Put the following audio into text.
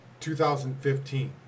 2015